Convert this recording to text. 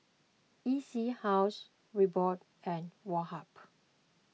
E C House Reebok and Woh Hup